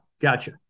gotcha